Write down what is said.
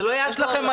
זה לא יעזור לכם.